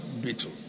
Beetle